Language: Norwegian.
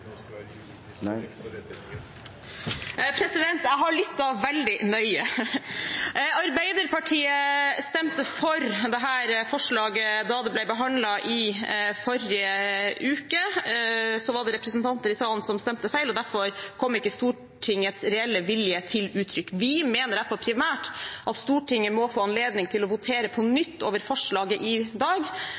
ble behandlet forrige uke. Da var det representanter i salen som stemte feil, og derfor kom ikke Stortingets reelle vilje til uttrykk. Vi mener derfor primært at Stortinget må få anledning til å votere på nytt over forslaget i dag,